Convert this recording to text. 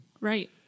right